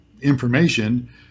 information